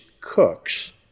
cooks